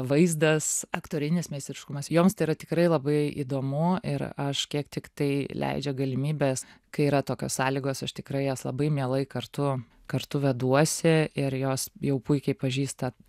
vaizdas aktorinis meistriškumas joms tai yra tikrai labai įdomu ir aš kiek tiktai leidžia galimybės kai yra tokios sąlygos aš tikrai jas labai mielai kartu kartu veduosi ir jos jau puikiai pažįsta